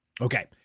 Okay